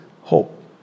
hope